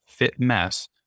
fitmess